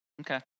Okay